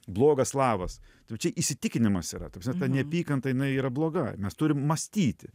blogas slavas tai va čia įsitikinimas yra ta prasme ta neapykanta jinai yra bloga mes turim mąstyti